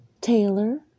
Taylor